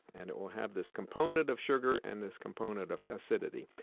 and it will have this component of sugar and this component of acidity,